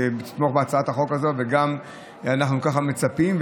שהיא תתמוך בהצעת החוק הזאת, וגם ככה אנחנו מצפים.